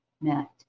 met